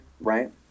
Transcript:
right